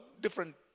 different